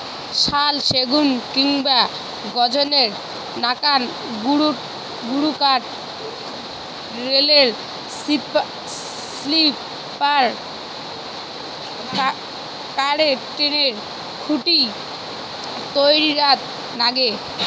শাল, সেগুন কিংবা গর্জনের নাকান গুরুকাঠ রেলের স্লিপার, কারেন্টের খুঁটি তৈয়ারত নাগে